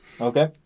Okay